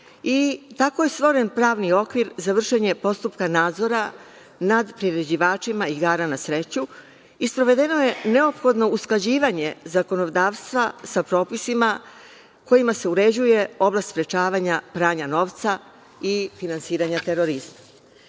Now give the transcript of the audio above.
tako je stvoren pravni okvir za vršenje postupka nadzora nad priređivačima igara na sreću i sprovedeno je neophodno usklađivanje zakonodavstva sa propisima kojima se uređuje oblast sprečavanja pranja novca i finansiranja terorizma.Međutim,